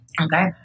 Okay